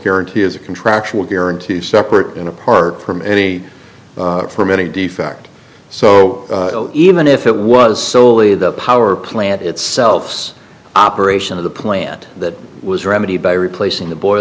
guarantee is a contractual guarantee separate and apart from any from any defect so even if it was solely the power plant itself such operation of the plant that was remedied by replacing the bo